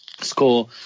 score